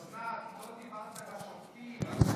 אוסנת, לא דיברת על השופטים.